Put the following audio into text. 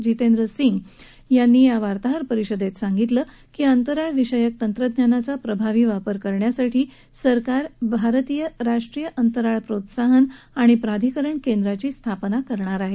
जितेंद्र सिंग यांनी या वार्ताहर परिषदेत सांगितलं की अंतराळ विषयक तंत्रज्ञानाचा प्रभावी वापर करण्यासाठी सरकार भारतीय राष्ट्रीय अंतराळ प्रोत्साहन आणि प्राधिकरण केंद्राची स्थापना करणार आहे